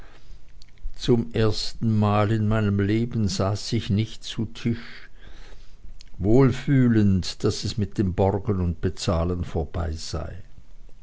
zum ersten male in meinem leben saß ich nicht zu tisch wohl fühlend daß es mit dem borgen und bezahlen vorbei sei